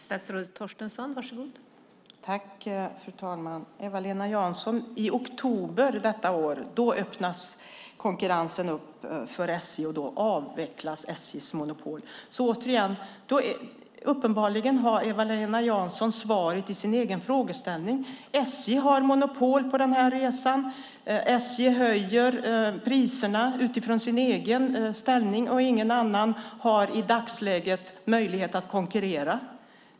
Fru talman! I oktober detta år öppnas konkurrensen, Eva-Lena Jansson, och då avvecklas SJ:s monopol. Uppenbarligen har Eva-Lena Jansson svaret i sin egen frågeställning. SJ har monopol på den här resan. SJ höjer priserna utifrån sin egen ställning, och ingen annan har i dagsläget möjlighet att konkurrera.